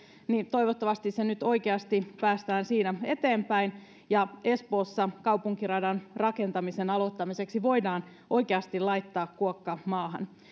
toivottavasti siinä nyt oikeasti päästään eteenpäin ja espoossa kaupunkiradan rakentamisen aloittamiseksi voidaan oikeasti laittaa kuokka maahan